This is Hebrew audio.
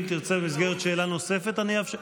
אם תרצה במסגרת שאלה נוספת, אני אאפשר.